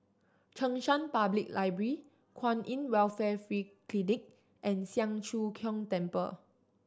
Cheng San Public Library Kwan In Welfare Free Clinic and Siang Cho Keong Temple